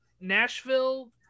nashville